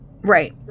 Right